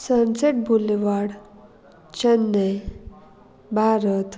sunset boulevard Chennai Bharat